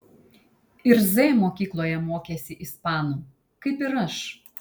ir z mokykloje mokėsi ispanų kaip ir aš